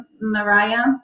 Mariah